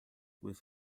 with